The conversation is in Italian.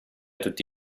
tutti